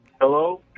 Hello